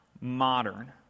modern